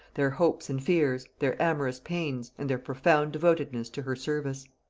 their hopes and fears, their amorous pains, and their profound devotedness to her service.